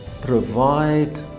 provide